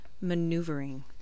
Maneuvering